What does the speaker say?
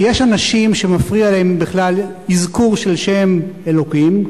כי יש אנשים שמפריע להם בכלל אזכור של שם אלוקים,